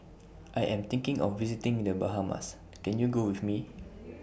I Am thinking of visiting The Bahamas Can YOU Go with Me